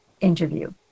interview